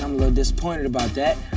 um little disappointed about that.